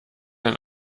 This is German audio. ein